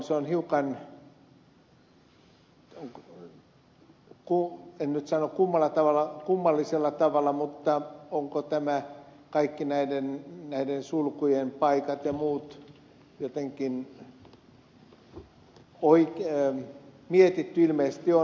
se on hiukan en nyt sano kummallisella tavalla tehty mutta onko kaikki näiden sulkujen paikat ja muut jotenkin mietitty ilmeisesti on